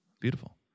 Beautiful